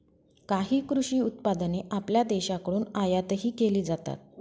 काही कृषी उत्पादने आपल्या देशाकडून आयातही केली जातात